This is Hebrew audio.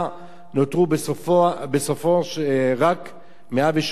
נותרו בסופו רק 180 איש.